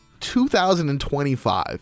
2025